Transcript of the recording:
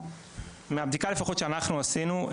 מהבדיקה לפחות שאנחנו עשינו,